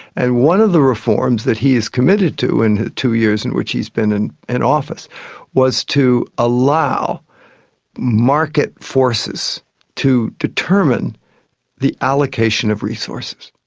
and one of the reforms that he is committed to in the two years in which he has been and in office was to allow market forces to determine the allocation of resources.